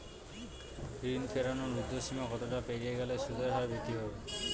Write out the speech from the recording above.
ঋণ ফেরানোর উর্ধ্বসীমা কতটা পেরিয়ে গেলে সুদের হার বৃদ্ধি পাবে?